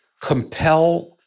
compel